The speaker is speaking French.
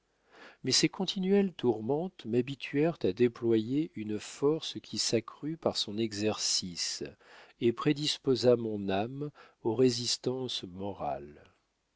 mais ces continuelles tourmentes m'habituèrent à déployer une force qui s'accrut par son exercice et prédisposa mon âme aux résistances morales